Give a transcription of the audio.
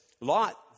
Lot